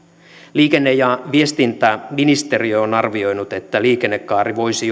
liikenne ja viestintäministeriö on arvioinut että liikennekaari voisi